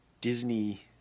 Disney